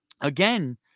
again